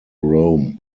rome